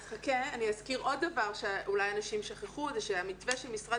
אז אני אזכיר עוד דבר שאולי אנשים לא זוכרים שהמתווה של משרד